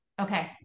Okay